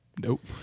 Nope